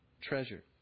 treasure